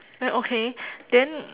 like okay then